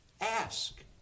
Ask